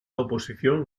oposición